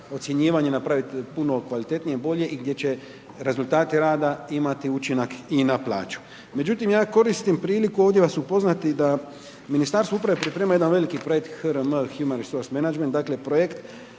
ocjenjivanje napraviti puno kvalitetnije, bolje i gdje će rezultate imati učinak i na plaću. Međutim, ja koristim priliku ovdje vas upoznati da Ministarstvo uprave priprema jedan veliki projekt HRM Human Resources Management, dakle projekt